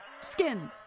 skin